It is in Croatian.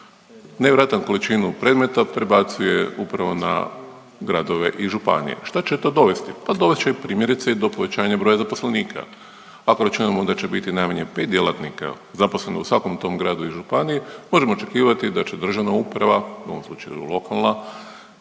nevjerojatan količinu predmeta prebacuje upravo na gradove i županije. Šta će to dovesti? Pa dovest će i primjerice i do povećanja broja zaposlenika. Ako računamo da će biti najmanje 5 djelatnika zaposleno u svakom tom gradu i županiji, možemo očekivati da će državna uprava, u ovome slučaju lokalna,